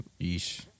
Yeesh